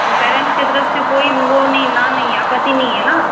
तो पेरेंट्स की तरफ़ से कोई वह नहीं ना नहीं आपत्ति नहीं है ना